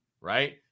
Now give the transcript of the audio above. right